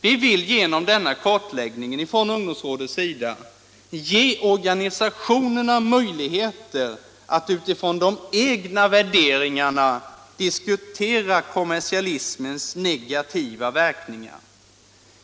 Vi vill genom denna kartläggning från ungdomsrådets sida ge organisationerna möjligheter att utifrån de egna-värderingarna diskutera kommersialismens negativa verkningar.